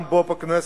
גם פה בכנסת.